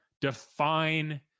define